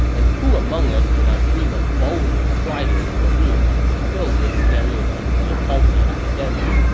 and who among us would not dream of boldly striding into a room filled with stereotypically haughty academics,